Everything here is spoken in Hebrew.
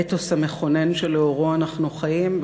האתוס המכונן שלאורו אנחנו חיים,